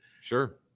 sure